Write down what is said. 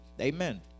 Amen